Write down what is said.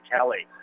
Kelly